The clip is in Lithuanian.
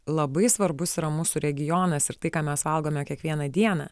labai svarbus yra mūsų regionas ir tai ką mes valgome kiekvieną dieną